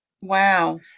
Wow